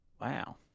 Wow